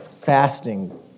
fasting